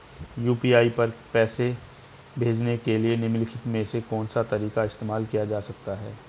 UPI पर पैसे भेजने के लिए निम्नलिखित में से कौन सा तरीका इस्तेमाल किया जा सकता है?